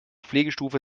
pflegestufe